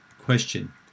question